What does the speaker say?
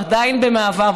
עדיין במעבר,